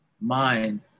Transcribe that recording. mind